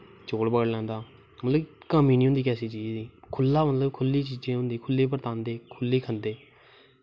कोई चौल फड़ी लैंदा मतलव कमी नी होंदी किसे चीज़ दी खुल्ली चीज़ां मतलव की खुल्ला होंदा खुल्ला बरतांदे